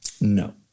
No